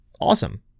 awesome